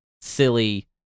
silly